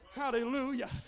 Hallelujah